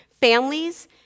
families